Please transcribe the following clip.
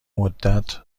مدت